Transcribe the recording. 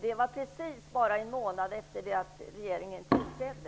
Det var bara precis en månad efter det att regeringen tillträdde.